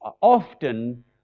Often